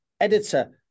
editor